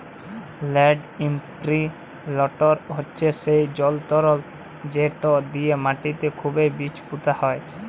land imprinter হছে সেই জলতর্ যেট দিঁয়ে মাটিতে খুবই বীজ পুঁতা হয়